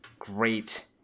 great